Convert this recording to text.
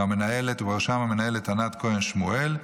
ובראשם המנהלת ענת כהן שמואל,